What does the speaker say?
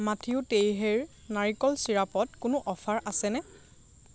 মাঠিও টেইহেইৰ নাৰিকল চিৰাপত কোনো অফাৰ আছেনে